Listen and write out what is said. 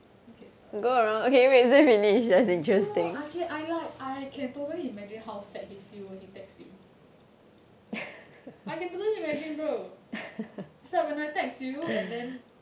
okay sorry you I can I like I can totally imagine how sad he feel when he text you I can totally imagine bro it's like when I text you and then